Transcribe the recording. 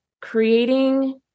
creating